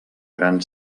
gran